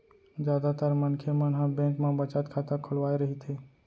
जादातर मनखे मन ह बेंक म बचत खाता खोलवाए रहिथे